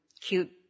cute